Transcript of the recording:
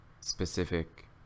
specific